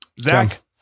Zach